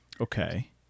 Okay